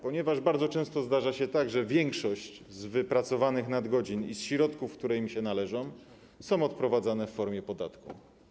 Ponieważ bardzo często zdarza się tak, że większość z wypracowanych nadgodzin i ze środków, które im się należą, jest odprowadzana w formie podatku.